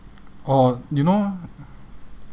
oh you know